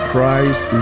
Christ